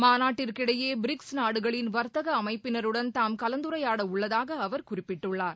மாநாட்டிற்கிடையே BRICS நாடுகளின் வர்த்தக அமைப்பினருடன் தாம் கலந்துரையாட உள்ளதாக அவர் குறிப்பிட்டுள்ளார்